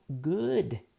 good